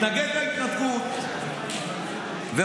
קראו להתנגד להתנתקות וכו'.